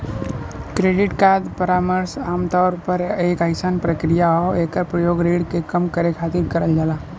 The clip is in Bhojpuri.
क्रेडिट परामर्श आमतौर पर एक अइसन प्रक्रिया हौ एकर प्रयोग ऋण के कम करे खातिर करल जाला